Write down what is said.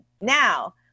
now